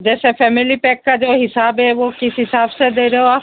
जैसे family pack का जो हिसाब है वो किस हिसाब से दे रहे हो आप